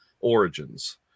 origins